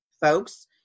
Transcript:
folks